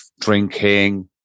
drinking